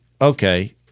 okay